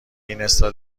اینستا